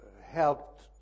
helped